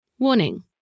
Warning